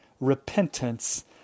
Repentance